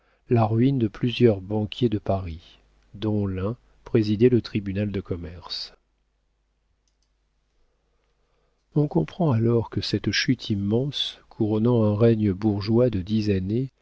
la ruine de plusieurs banquiers de paris dont l'un présidait le tribunal de commerce on comprend alors que cette chute immense couronnant un règne bourgeois de dix années